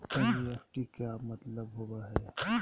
NEFT के का मतलव होव हई?